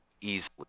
easily